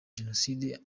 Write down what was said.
jenoside